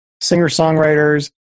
singer-songwriters